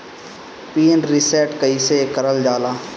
Pin reset कईसे करल जाला?